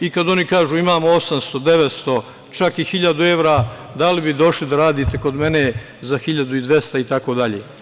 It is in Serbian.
I kada oni kažu – imamo 800, 900, čak i hiljadu evra, a on ih pita – da li bi došli da radite kod mene za 1.200 itd?